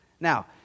Now